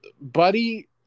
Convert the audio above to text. Buddy